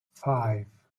five